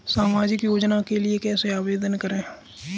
सामाजिक योजना के लिए कैसे आवेदन करें?